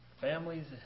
families